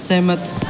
ਸਹਿਮਤ